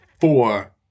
four